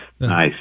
Nice